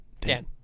Dan